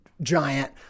giant